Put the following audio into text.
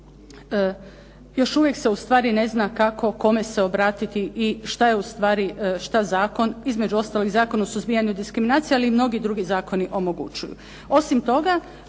još uvijek se ustvari kako, kome se obratiti i šta je ustvari, šta zakon, između ostalog i Zakon o suzbijanju diskriminacije, ali i mnogi drugi zakoni omogućuju.